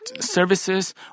services